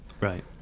right